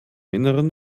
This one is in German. innern